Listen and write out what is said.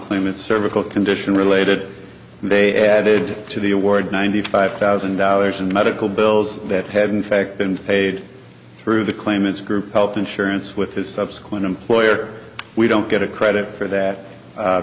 claimants cervical condition related they added to the award ninety five thousand dollars in medical bills that had in fact been paid through the claimants group health insurance with his subsequent employer we don't get a credit for that